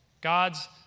God's